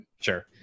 sure